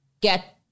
get